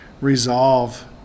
resolve